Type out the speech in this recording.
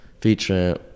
featuring